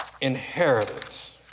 inheritance